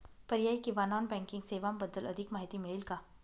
पर्यायी किंवा non banking सेवांबद्दल अधिक माहिती मिळेल का?